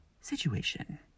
situation